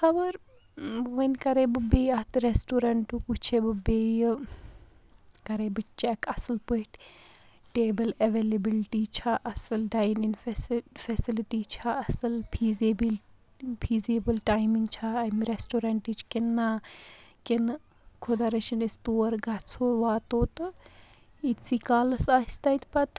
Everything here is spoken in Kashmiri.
خَبر وۄنۍ کَرے بہٕ بیٚیہِ اَتھ ریسٹورینٛٹُک وٕچھے بہٕ بیٚیہِ کَرٕے بہٕ چٮ۪ک اَصٕل پٲٹھۍ ٹیبٕل ایویلیبِلٹی چھا اَصٕل ڈایِنِنٛگ فیسلٹی چھَا اَصٕل فیٖضیبٕل فیٖضیبٕل ٹایِمِنٛگ چھا اَمہِ ریسٹورینٹٕچ کِنہٕ نَہ کِنہٕ خۄدا رٕچِن أسۍ تور گَژھو واتو تہٕ یِتِسٕے کالَس آسہِ تتہِ پتہٕ